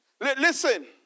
Listen